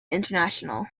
international